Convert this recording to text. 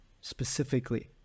specifically